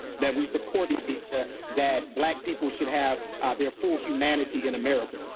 that we support that black people should have their full humanity in america.